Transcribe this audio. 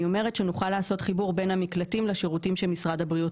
נוכל לעשות חיבור בין המקלטים לשירותים שמשרד הבריאות